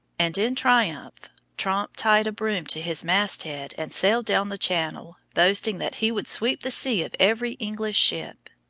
and in triumph tromp tied a broom to his mast-head and sailed down the channel, boasting that he would sweep the sea of every english ship!